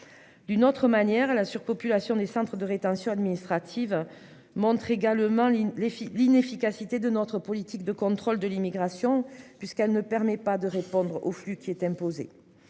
D'une autre manière à la surpopulation des centres de rétention administrative. Montre également les filles l'inefficacité de notre politique de contrôle de limites. Puisqu'elle ne permet pas de répondre au flux qui est imposé.